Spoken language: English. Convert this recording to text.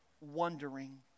wondering